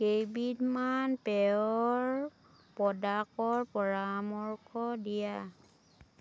কেইবিধমান পেয়'ৰ প্ৰ'ডাক্টৰ পৰামৰ্শ দিয়া